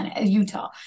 Utah